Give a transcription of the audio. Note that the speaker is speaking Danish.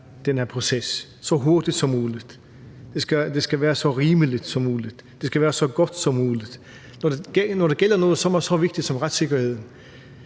den her proces – så hurtigt som muligt. Det skal være så rimeligt som muligt, og det skal være så godt som muligt. Når det gælder noget, som er så vigtigt som retssikkerheden,